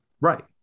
Right